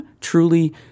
truly